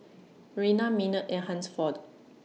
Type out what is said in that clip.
Rayna Maynard and Hansford